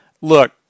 look